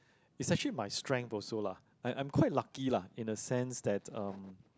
is actually my strength also lah I I'm quite lucky lah in a sense that um